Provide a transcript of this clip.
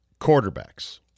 Quarterbacks